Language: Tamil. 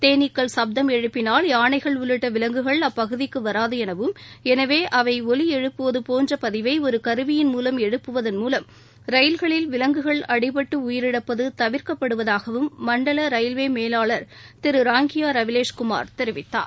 தேனீக்கள் சுப்தம் எழுப்பினால் யானைகள் உள்ளிட்ட விலங்குகள் அப்பகுதிக்கு வராது எனவும் எனவே அவை ஒலி எழுப்புவது போன்ற பதிவை ஒரு கருவியின் மூவம் எழுபபுவதன் மூவம் ரயில்களில் விஷ்குகள் அடிபட்டு உயிரிழப்பது தவிர்க்கப்படுவதாகவும ரவிலேஷ் குமார் தெரிவித்தார்